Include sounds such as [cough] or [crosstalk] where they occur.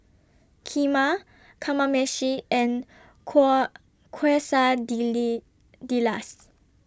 Kheema Kamameshi and [unintelligible]